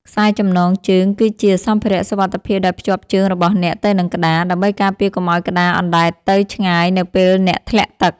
ខ្សែចំណងជើង គឺជាសម្ភារៈសុវត្ថិភាពដែលភ្ជាប់ជើងរបស់អ្នកទៅនឹងក្តារ ដើម្បីការពារកុំឱ្យក្តារអណ្ដែតទៅឆ្ងាយនៅពេលអ្នកធ្លាក់ទឹក។